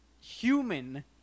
human